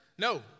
No